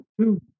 two